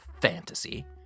fantasy